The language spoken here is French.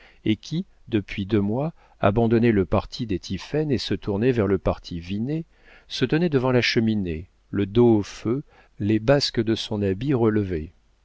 et qui depuis deux mois abandonnait le parti des tiphaine et se tournait vers le parti vinet se tenait devant la cheminée le dos au feu les basques de son habit relevées